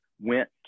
went